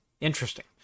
Interesting